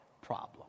problem